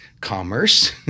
commerce